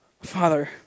Father